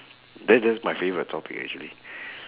that just my favourite topic actually